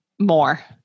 more